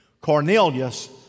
Cornelius